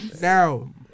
now